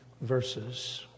verses